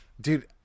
Dude